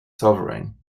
sovereign